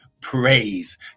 praise